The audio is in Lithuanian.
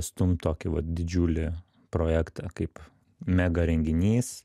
stumt tokį vat didžiulį projektą kaip mega renginys